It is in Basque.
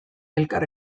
elkar